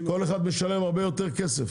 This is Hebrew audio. כל אחד משלם הרבה יותר כסף.